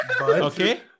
Okay